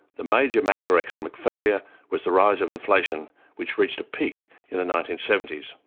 the major macro economic failure was the rise of inflation which reached a peak in the nineteen seventy s.